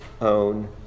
own